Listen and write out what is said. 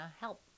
help